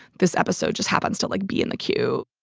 this episode just happens to like be in the queue.